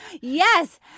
Yes